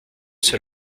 sur